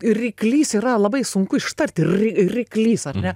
ryklys yra labai sunku ištarti ry ryklys ar ne